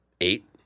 Eight